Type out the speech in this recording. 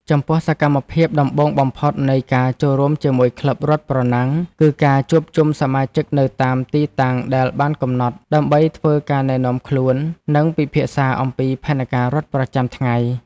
ចំពោះសកម្មភាពដំបូងបំផុតនៃការចូលរួមជាមួយក្លឹបរត់ប្រណាំង គឺការជួបជុំសមាជិកនៅតាមទីតាំងដែលបានកំណត់ ដើម្បីធ្វើការណែនាំខ្លួន និងពិភាក្សាអំពីផែនការរត់ប្រចាំថ្ងៃ។